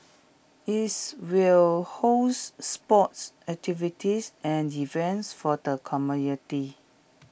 its will host sports activities and events for the community